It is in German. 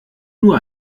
nur